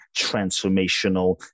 transformational